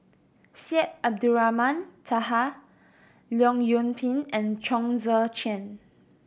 Syed Abdulrahman Taha Leong Yoon Pin and Chong Tze Chien